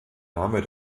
name